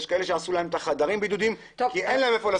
יש כאלה שעשו להם את החדרים כבידוד כי אין להם היכן לשים אותם.